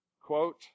quote